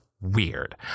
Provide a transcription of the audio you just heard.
weird